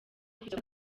kujya